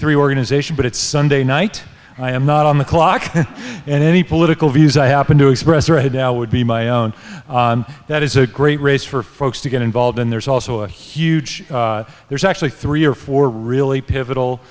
three organization but it's sunday night and i am not on the clock and any political views i happen to express right now would be my own that is a great race for folks to get involved and there's also a huge there's actually three or four really pivotal